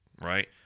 right